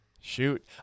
Shoot